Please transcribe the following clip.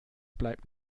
bleibt